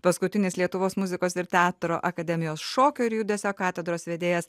paskutinis lietuvos muzikos ir teatro akademijos šokio ir judesio katedros vedėjas